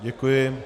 Děkuji.